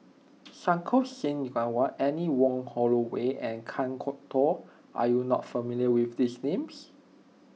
Santokh Singh Grewal Anne Wong Holloway and Kan Kwok Toh are you not familiar with these names